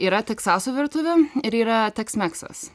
yra teksaso virtuvė ir yra teksmeksas